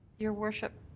your worship.